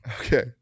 Okay